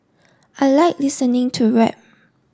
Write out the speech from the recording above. I like listening to rap